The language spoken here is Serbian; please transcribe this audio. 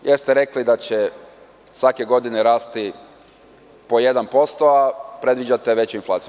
Jeste rekli da će svake godine rasti po 1%, a predviđate već inflaciju.